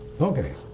Okay